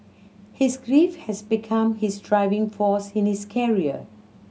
his grief has become his driving force in his career